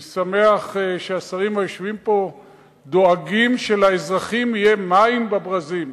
אני שמח שהשרים היושבים פה דואגים שלאזרחים יהיה מים בברזים.